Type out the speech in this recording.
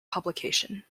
publication